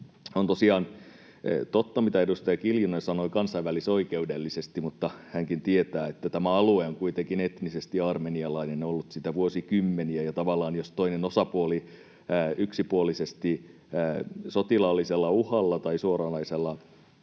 On tosiaan totta, mitä edustaja Kiljunen sanoi kansainvälisoikeudellisesti, mutta hänkin tietää, että tämä alue on kuitenkin etnisesti armenialainen, ollut sitä vuosikymmeniä. Ja tavallaan, jos toinen osapuoli yksipuolisesti sotilaallisella uhalla tai suoranaisella